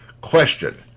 Question